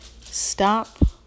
Stop